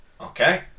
Okay